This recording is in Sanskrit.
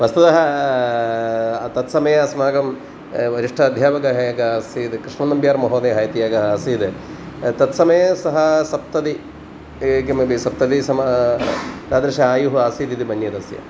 वस्तुतः तत्समये अस्माकं वरिष्ठः अध्यापकः एकः आसीत् कृष्णन्नम्ब्यार् महोदयः इति एकः आसीत् तत्समये सः सप्ततिः किमपि सप्ततिः सम तादृशम् आयुः आसीत् इति मन्ये तस्य